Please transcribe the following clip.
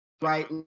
right